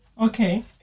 Okay